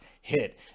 hit